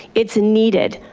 it's needed.